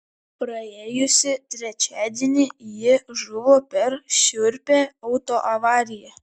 praėjusį trečiadienį ji žuvo per šiurpią autoavariją